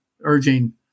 urging